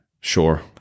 Sure